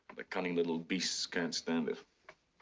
the cunning little beasts can't stand it.